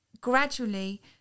gradually